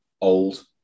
old